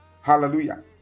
Hallelujah